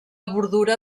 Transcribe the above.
bordura